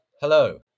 Hello